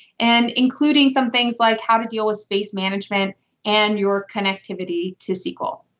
and including some things like how to deal with space management and your connectivity to sql.